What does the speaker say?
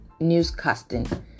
newscasting